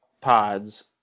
pods